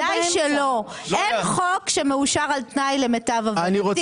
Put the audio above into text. בוודאי שלא, אין חוק שמאושר על תנאי למיטב הבנתי